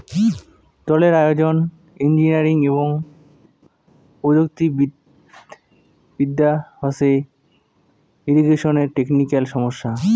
জলের আয়োজন, ইঞ্জিনিয়ারিং এবং প্রযুক্তি বিদ্যা হসে ইরিগেশনের টেকনিক্যাল সমস্যা